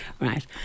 Right